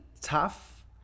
tough